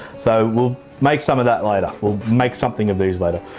so we'll make some of that later we'll make something of these later.